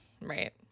Right